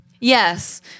Yes